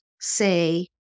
say